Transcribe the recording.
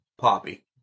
Poppy